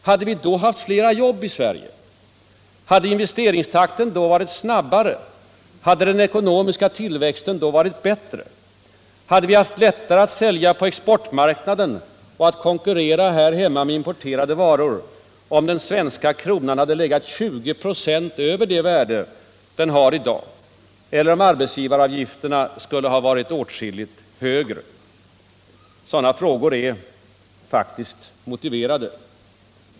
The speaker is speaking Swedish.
Hade vi då haft flera jobb i Sverige? Hade investeringstakten varit snabbare och den ekonomiska tillväxten bättre? Och hade vi haft lättare att sälja på exportmarknaden och konkurrera med importerade varor här hemma om den svenska kronan hade legat 20 96 över det värde den har i dag eller om arbetsgivaravgifterna skulle ha varit åtskilligt högre? Sådana frågor är faktiskt motiverade.